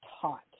taught